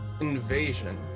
invasion